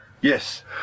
Yes